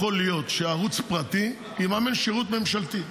יכול להיות שערוץ פרטי יממן שירות ממשלתי.